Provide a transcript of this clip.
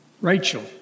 Rachel